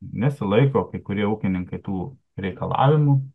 nesilaiko kai kurie ūkininkai tų reikalavimų